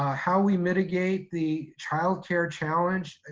how we mitigate the childcare challenge,